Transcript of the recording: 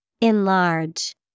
Enlarge